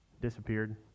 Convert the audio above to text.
disappeared